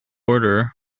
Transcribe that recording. order